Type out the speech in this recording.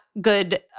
good